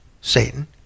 Satan